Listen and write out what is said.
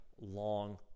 long